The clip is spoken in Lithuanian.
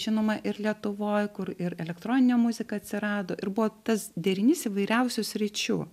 žinoma ir lietuvoj kur ir elektroninė muzika atsirado ir buvo tas derinys įvairiausių sričių